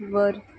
वर